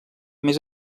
més